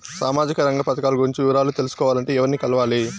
సామాజిక రంగ పథకాలు గురించి వివరాలు తెలుసుకోవాలంటే ఎవర్ని కలవాలి?